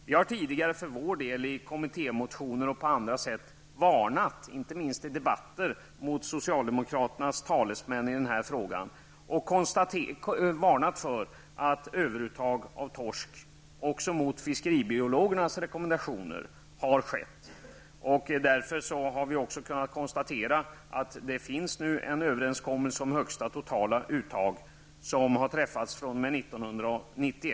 Vi har tidigare för vår del i kommittémotioner och på andra sätt -- inte minst i debatter -- varnat socialdemokraternas talesmän i den här frågan för att överuttag av torsk har skett, även mot fiskeribiologernas rekommendationer. Vi har därför också kunnat konstatera att det nu finns en överenskommelse från 1991 om högsta totala uttag.